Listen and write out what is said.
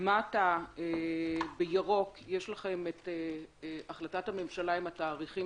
למטה בירוק יש את החלטת הממשלה עם התאריכים